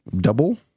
double